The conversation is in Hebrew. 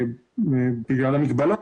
בגלל המגבלות,